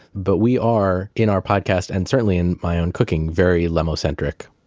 but we are, in our podcast and certainly in my own cooking very lemo-centric